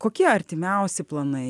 kokie artimiausi planai